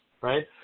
right